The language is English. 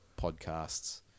podcasts